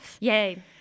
Yay